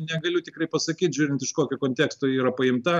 negaliu tikrai pasakyt žiūrint iš kokio konteksto yra paimta